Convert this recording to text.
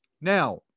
Now